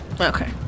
okay